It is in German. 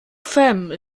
penh